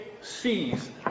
sees